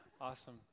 awesome